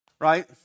right